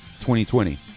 2020